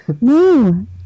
No